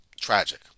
tragic